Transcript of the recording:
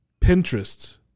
Pinterest